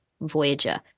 Voyager